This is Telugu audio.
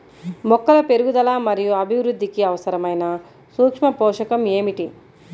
మొక్కల పెరుగుదల మరియు అభివృద్ధికి అవసరమైన సూక్ష్మ పోషకం ఏమిటి?